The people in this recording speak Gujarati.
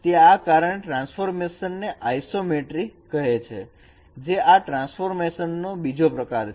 તે આ કારણે આ ટ્રાન્સફોર્મેશન ને આઈસોમેટ્રિ કહે છે જે આ ટ્રાન્સફોર્મેશનનો બીજો પ્રકાર છે